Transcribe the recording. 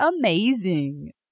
amazing